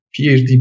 PhD